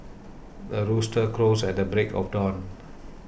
the rooster crows at the break of dawn